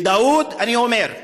לדאוד אני אומר: